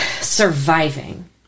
surviving